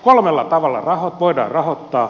kolmella tavalla voidaan rahoittaa